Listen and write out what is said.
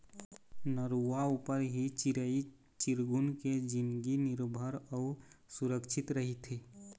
नरूवा ऊपर ही चिरई चिरगुन के जिनगी निरभर अउ सुरक्छित रहिथे